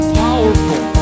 powerful